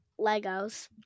Legos